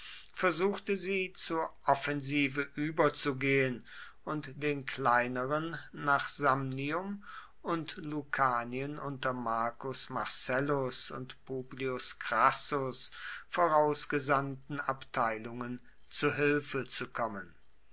versuchte sie zur offensive überzugehen und den kleineren nach samnium und lucanien unter marcus marcellus und publius crassus vorausgesandten abteilungen zu hilfe zu kommen